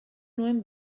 nuen